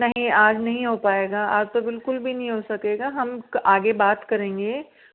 नहीं आज नहीं हो पाएगा आज तो बिल्कुल भी नहीं हो सकेगा हम आगे बात करेंगे